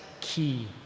key